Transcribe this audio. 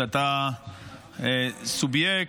שאתה סובייקט,